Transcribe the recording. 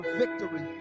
victory